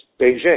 Beijing